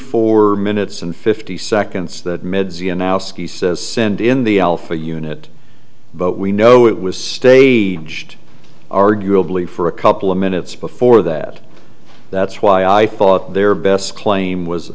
four minutes and fifty seconds to send in the alpha unit but we know it was still be judged arguably for a couple of minutes before that that's why i thought their best claim was